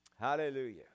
Hallelujah